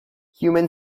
human